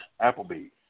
Applebee's